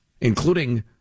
including